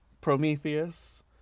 Prometheus